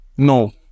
No